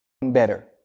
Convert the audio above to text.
better